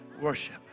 Worship